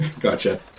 Gotcha